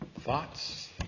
Thoughts